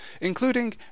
including